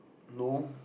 no